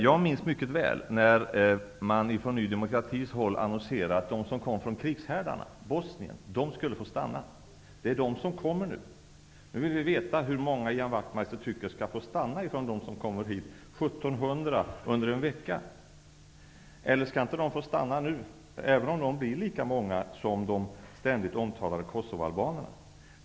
Jag minns mycket väl när man från Ny Demokratis sida annonserade att de som kommer från krigshärdarna, t.ex. Bosnien, skulle få stanna. Det är de som nu kommer hit. Nu vill vi veta hur många av dem som kommer hit tycker Ian Wachtmeister skall få stanna -- 1 700 under en vecka. Eller skall de inte få stanna nu, även om de är lika många som de ständigt omtalade kosovoalbanerna?